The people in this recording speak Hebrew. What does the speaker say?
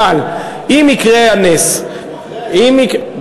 אבל אם יקרה הנס, אז הוא אחרי ההסדר?